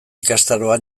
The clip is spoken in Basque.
ikastaroa